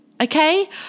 okay